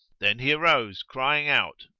then he arose crying out,